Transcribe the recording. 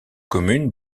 communes